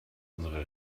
unsere